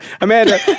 Amanda